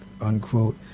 unquote